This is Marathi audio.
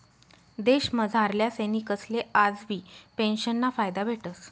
देशमझारल्या सैनिकसले आजबी पेंशनना फायदा भेटस